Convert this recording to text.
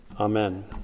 Amen